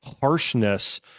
harshness